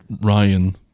Ryan